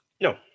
No